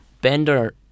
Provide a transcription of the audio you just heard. Bender